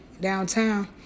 downtown